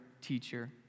teacher